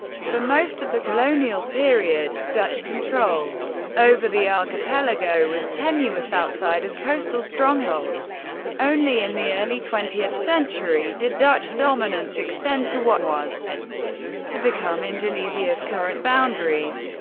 for most of the colonial period, dutch control over the archipelago was tenuous outside of coastal strongholds only in the early twentieth century did dutch dominance extend to what was to become indonesia's current boundaries.